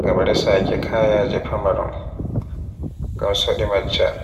ngam resaaki kayaji famarun ngam so di majja.